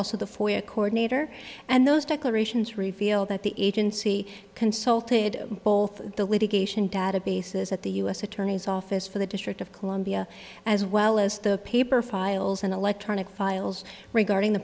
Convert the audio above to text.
also the foyer coordinator and those declarations reveal that the agency consulted both the litigation databases at the u s attorney's office for the district of columbia as well as the paper files and electronic files regarding the